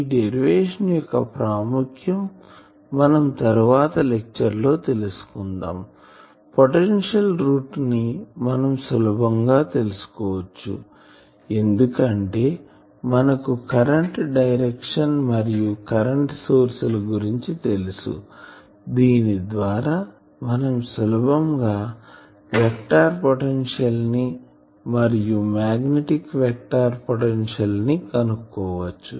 ఈ డెరివేషన్ యొక్క ప్రాముఖ్యం మనం తరువాత లెక్చర్ లో తెలుసుకుందాం పొటెన్షియల్ రూట్ ని మనం సులభం గా తెలుసుకోవచ్చు ఎందుకంటే మనకు కరెంట్ డైరక్షన్ మరియు కరెంటు సోర్స్ల గురించి తెలుసు దీని ద్వారా మనం సులభంగా వెక్టార్ పొటెన్షియల్ ని మరియు మాగ్నెటిక్ వెక్టార్ పొటెన్షియల్ ని కనుక్కోవచ్చు